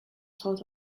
sort